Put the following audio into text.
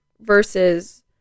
versus